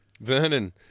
Vernon